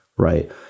right